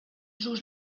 sus